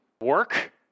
work